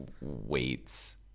weights